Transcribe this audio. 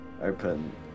open